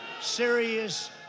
serious